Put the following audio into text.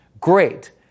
Great